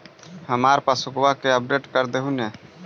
हमार पासबुकवा के अपडेट कर देहु ने?